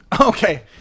Okay